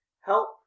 help